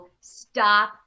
stop